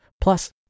Plus